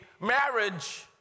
marriage